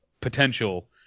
potential